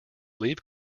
leave